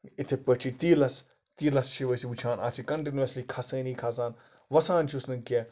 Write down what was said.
یِتھے پٲٹھۍ تیٖلَس تیٖلَس چھِ أسۍ وٕچھان اَتھ چھِ کَنٹُنُوسلی کھسٲنی کھسان وَسان چھُس نہٕ کیٚنہہ